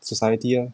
society ah